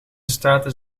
staten